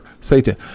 Satan